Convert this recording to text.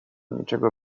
niczego